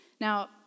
Now